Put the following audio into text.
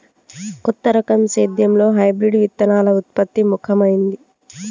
కొత్త రకం సేద్యంలో హైబ్రిడ్ విత్తనాల ఉత్పత్తి ముఖమైంది